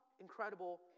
incredible